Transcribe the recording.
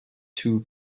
two